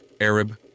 Arab